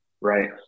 right